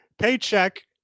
paycheck